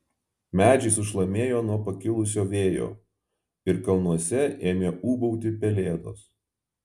medžiai sušlamėjo nuo pakilusio vėjo ir kalnuose ėmė ūbauti pelėdos